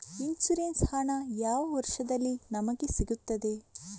Insurance ಹಣ ಯಾವ ವರ್ಷದಲ್ಲಿ ನಮಗೆ ಸಿಗುತ್ತದೆ?